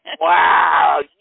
Wow